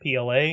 PLA